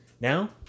Now